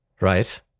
Right